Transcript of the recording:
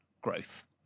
growth